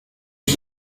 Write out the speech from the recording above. est